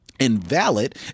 Invalid